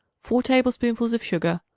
four tablespoonfuls of sugar,